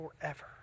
forever